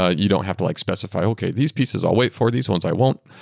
ah you don't have to like specify okay, these pieces. i'll wait for these ones. i won't.